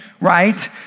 Right